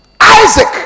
isaac